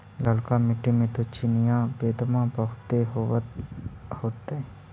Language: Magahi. ललका मिट्टी मे तो चिनिआबेदमां बहुते होब होतय?